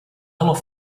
love